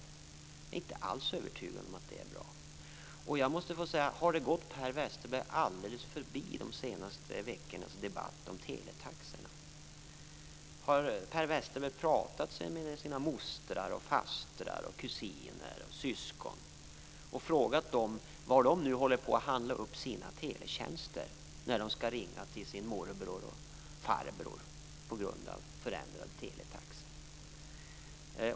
Jag är inte alls övertygad om att det är bra. Har de senaste veckornas debatt om teletaxorna gått Per Westerberg alldeles förbi? Har Per Westerberg pratat med sina mostrar och fastrar, kusiner och syskon och frågat dem var de på grund av förändrade teletaxor håller på att handla upp sina teletjänster när de skall ringa till sin morbror eller farbror?